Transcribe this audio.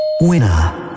winner